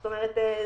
זאת אומרת,